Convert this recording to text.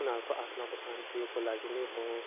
उनीहरूको आत्माको शान्तिको लागि नै हो